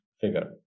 figure